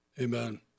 Amen